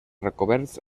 recoberts